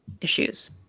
issues